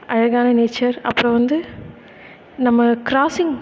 அழகான நேச்சர் அப்புறோம் வந்து நம்ம கிராசிங்